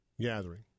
gathering